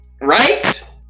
Right